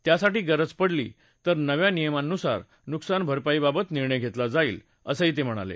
त्यासाठी गरज पडली तर नव्या नियमानुसार नुकसान भरपाईबाबत निर्णय घेतला जाईल असं ते म्हणाले